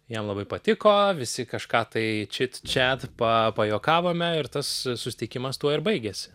jam labai patiko visi kažką tai čit čiat pa pajuokavome ir tas susitikimas tuo ir baigėsi